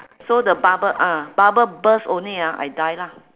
so the bubble ah bubble burst only ah I die lah